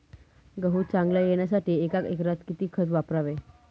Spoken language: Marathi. गहू चांगला येण्यासाठी एका एकरात किती खत वापरावे?